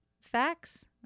facts